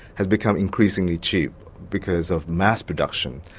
has become increasingly cheap, because of mass production.